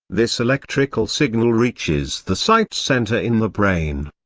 this electrical signal reaches the sight center in the brain.